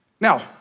Now